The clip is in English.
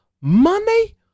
money